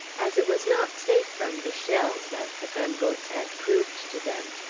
as it was not safe from the shells, as the gunboats had proved to them.